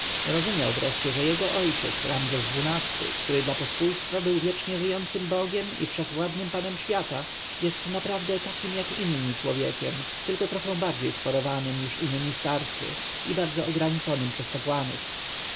rozumiał wreszcie że jego ojciec ramzes xii który dla pospólstwa był wiecznie żyjącym bogiem i wszechwładnym panem świata jest naprawdę takim jak inni człowiekiem tylko trochę więcej schorowanym niż inni starcy i bardzo ograniczonym przez kapłanów